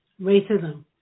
Racism